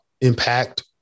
impact